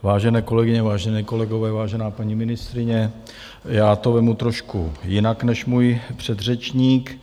Vážené kolegyně, vážení kolegové, vážená paní ministryně, já to vezmu trošku jinak než můj předřečník.